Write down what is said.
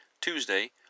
Tuesday